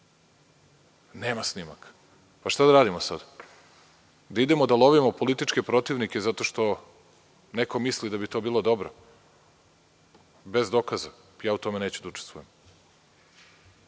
Nema snimaka. Pa šta da radimo sad? Da idemo da lovimo političke protivnike zato što neko misli da bi to bilo dobro bez dokaza? Ja u tome neću da učestvujem,